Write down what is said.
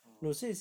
ah